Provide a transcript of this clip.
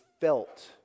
felt